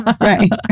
Right